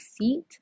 seat